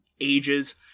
ages